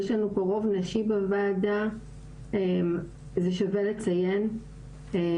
יש לנו פה רוב נשי בוועדה ושווה לציין זאת.